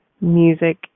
music